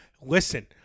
Listen